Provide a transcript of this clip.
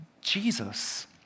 Jesus